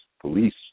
police